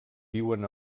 viuen